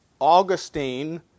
Augustine